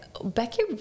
Becky